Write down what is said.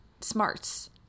smarts